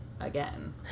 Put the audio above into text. again